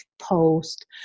post